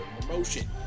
promotion